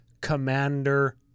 Commander